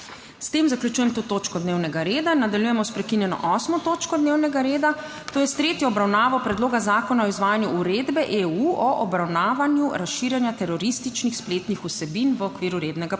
S tem zaključujem to točko dnevnega reda. Nadaljujemo sprekinjeno 8. točko dnevnega reda, to je s tretjo obravnavo Predloga zakona o izvajanju Uredbe (EU) o obravnavanju razširjanja terorističnih spletnih vsebin v okviru rednega postopka.